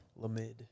Lamid